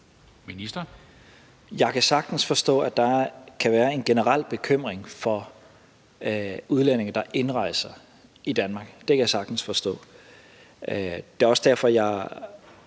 Tesfaye): Jeg kan sagtens forstå, at der kan være en generel bekymring for udlændinge, der indrejser i Danmark. Det kan jeg sagtens forstå. Det er også derfor, at